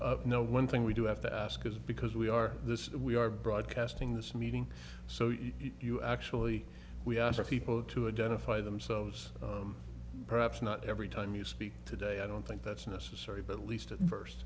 know one thing we do have to ask is because we are this we are broadcasting this meeting so you you actually we asked people to identify themselves perhaps not every time you speak today i don't think that's necessary but at least